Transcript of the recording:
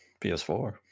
PS4